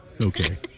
okay